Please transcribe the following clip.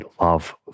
love